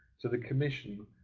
so the commission